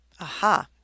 aha